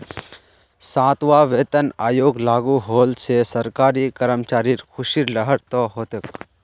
सातवां वेतन आयोग लागू होल से सरकारी कर्मचारिर ख़ुशीर लहर हो तोक